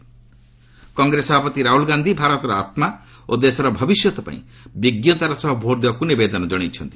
Rahul voters Congress ସଭାପତି ରାହୁଲ୍ ଗାନ୍ଧି ଭାରତର ଆତ୍କା ଓ ଦେଶର ଭବିଷ୍ୟତ ପାଇଁ ବିଜ୍ଞତାର ସହ ଭୋଟ୍ ଦେବାକୁ ନିବେଦନ ଜଣାଇଛନ୍ତି